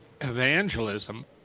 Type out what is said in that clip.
evangelism